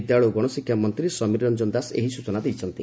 ବିଦ୍ୟାଳୟ ଓ ଗଣଶିକ୍ଷା ମନ୍ତୀ ସମୀର ରଂଜନ ଦାଶ ଏହି ସ୍ଚନା ଦେଇଛନ୍ତି